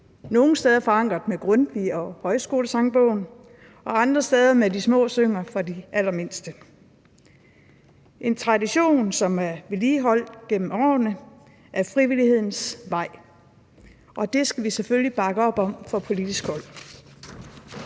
nogle steder forankret med Grundtvig og »Højskolesangbogen« og andre steder med »De små synger« for de allermindste. Det er en tradition, som er vedligeholdt gennem årene ad frivillighedens vej, og det skal vi selvfølgelig bakke op om fra politisk hold.